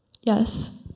Yes